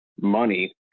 money